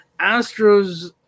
Astros